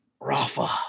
Rafa